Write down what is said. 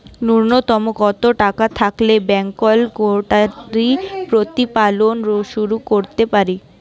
নূন্যতম কত টাকা থাকলে বেঙ্গল গোটারি প্রতিপালন শুরু করতে পারি?